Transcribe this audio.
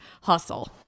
hustle